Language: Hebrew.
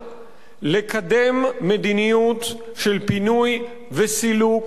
לקדם מדיניות של פינוי וסילוק חומרים